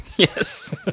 Yes